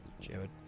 Jared